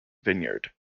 vineyard